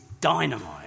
dynamite